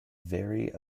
very